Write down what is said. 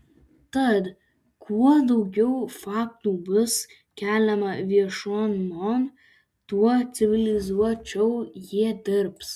tad kuo daugiau faktų bus keliama viešumon tuo civilizuočiau jie dirbs